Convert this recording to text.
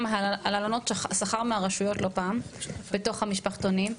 על הלנות השכר מהרשויות לא פעם בתוך המשפחתונים,